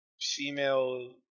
female